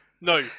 no